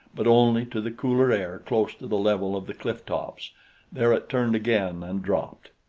but only to the cooler air close to the level of the cliff-tops there it turned again and dropped.